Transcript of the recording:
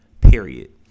period